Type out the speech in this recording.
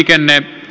janne t